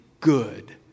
good